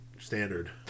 standard